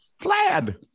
Flad